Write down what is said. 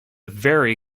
very